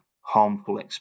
harmful